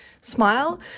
smile